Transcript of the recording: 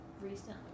recently